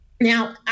Now